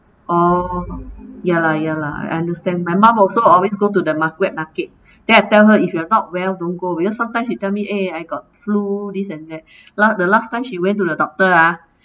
oh ya lah ya lah I understand my mum also always go to the market market then I tell her if you are not well don't go because sometimes she tell me eh I got flu this and that la~ the last time she went to the doctor ah